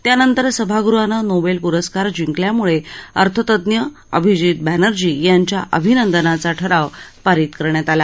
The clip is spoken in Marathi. त्यानंतर सभागृहानं नोबेल पुरस्कार जिंकल्याम्ळे अर्थतज्ज्ञ अभिजीत बॅनर्जी यांच्या अभिनंदनाचा ठराव पारित करण्यात आला